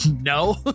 No